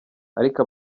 ariko